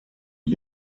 und